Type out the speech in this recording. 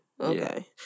Okay